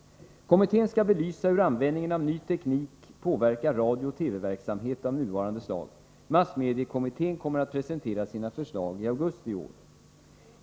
Kommittén skall belysa hur användningen av ny teknik påverkar radiooch TV-verksamhet av nuvarande slag. Massmediekommittén kommer att presentera sina förslag i augusti i år.